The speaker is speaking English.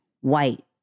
white